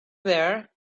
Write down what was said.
there